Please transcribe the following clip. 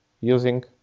using